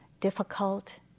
difficult